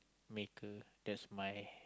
maker that's my